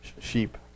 sheep